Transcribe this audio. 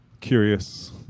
curious